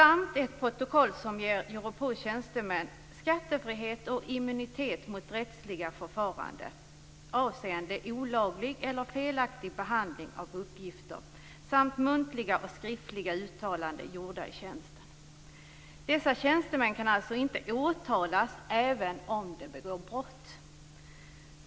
Det andra ger Europols tjänstemän skattefrihet och immunitet mot rättsliga förfaranden avseende olaglig eller felaktig behandling av uppgifter samt muntliga och skriftliga uttalanden gjorda i tjänsten. Dessa tjänstemän kan alltså inte åtalas även om de begår brott.